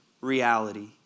reality